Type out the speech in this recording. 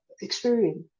experience